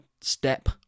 step